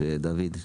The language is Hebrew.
דוד.